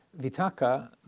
vitaka